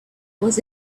was